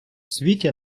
світі